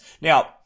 Now